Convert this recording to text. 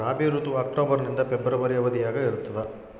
ರಾಬಿ ಋತುವು ಅಕ್ಟೋಬರ್ ನಿಂದ ಫೆಬ್ರವರಿ ಅವಧಿಯಾಗ ಇರ್ತದ